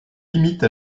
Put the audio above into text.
limite